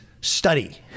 study—